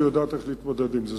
והיא יודעת איך להתמודד עם זה.